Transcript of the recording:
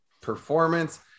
performance